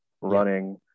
running